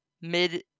mid